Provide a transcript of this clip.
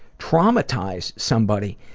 traumatize somebody.